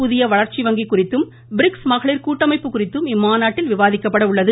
புதிய வளர்ச்சி வங்கி குறித்தும் பிரிக்ஸ் மகளிர் கூட்டமைப்பு குறித்தும் இம்மாநாட்டில் விவாதிக்கப்பட உள்ளது